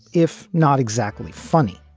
if not exactly funny,